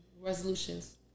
resolutions